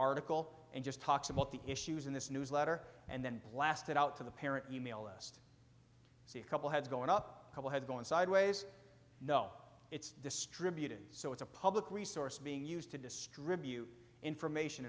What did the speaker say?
article and just talks about the issues in this newsletter and then blasted out to the parent e mail list see a couple has gone up a couple has gone sideways no it's distributed so it's a public resource being used to distribute information